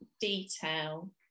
detail